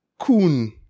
Coon